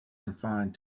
confined